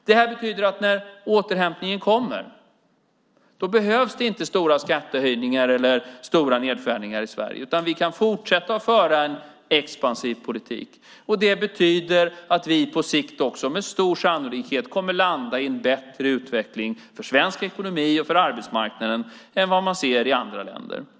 Det här betyder att när återhämtningen kommer behövs det inte stora skattehöjningar eller stora nedskärningar i Sverige, utan vi kan fortsätta att föra en expansiv politik. Det betyder att vi på sikt också med stor sannolikhet kommer att landa i en bättre utveckling för svensk ekonomi och för arbetsmarknaden än vad man ser i andra länder.